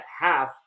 half